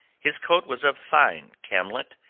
his coat was of fine camlet,